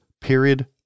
Period